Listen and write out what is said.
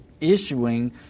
issuing